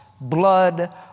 blood